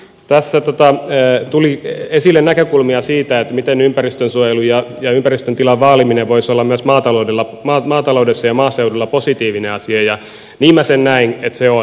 tässä tuli esille näkökulmia siitä miten ympäristönsuojelu ja ympäristön tilan vaaliminen voisi olla myös maataloudessa ja maaseudulla positiivinen asia ja niin minä näen että se on